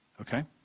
Okay